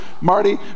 Marty